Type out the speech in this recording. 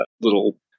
little